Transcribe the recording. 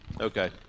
Okay